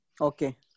Okay